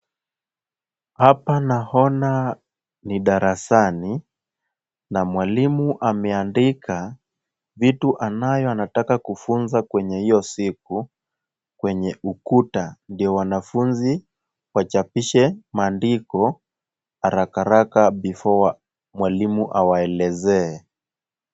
Hapa naona ni darasani na mwalimu ameandika vitu anayo anataka kufunza kwenye hiyo siku kwenye ukuta, ndio wanafunzi wachapishe maandko harakaharaka before mwalimu awaelezee.